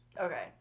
Okay